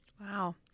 Wow